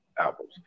albums